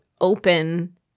open